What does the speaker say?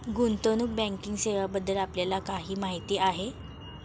गुंतवणूक बँकिंग सेवांबद्दल आपल्याला किती माहिती आहे?